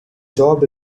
job